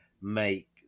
make